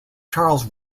charles